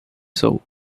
sou